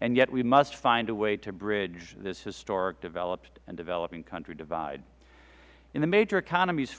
and yet we must find a way to bridge this historic developed and developing country divide in the major economies